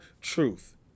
truth